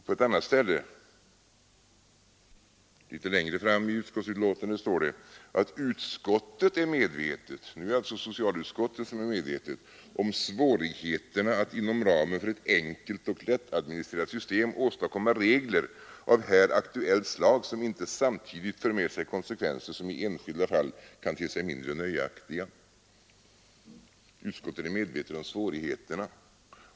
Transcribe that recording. På ett annat ställe litet längre fram i utskottsbetänkandet står det: ”Utskottet är medvetet” — nu är det alltså socialutskottet som är Onsdagen den medvetet — ”om svårigheterna att inom ramen för ett enkelt och 27 mars 1974 lättadministrerat system åstadkomma regler av här aktuellt slag, som inte samtidigt för med sig konsekvenser som i enskilda fall kan te sig mindre nöjaktiga.” Utskottet är medvetet om svårigheterna!